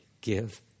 give